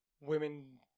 women